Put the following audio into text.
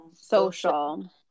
Social